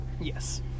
Yes